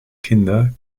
kinder